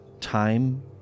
time